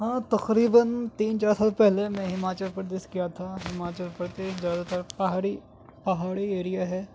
ہاں تقریبآٓ تین چار سال پہلے میں ہماچل پردیش گیا تھا ہماچل پردیش زیادہ تر پہاڑی پہاڑی ایریا ہے